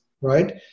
right